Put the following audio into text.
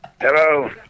Hello